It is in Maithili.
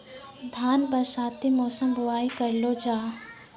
धान बरसाती मौसम बुवाई करलो जा?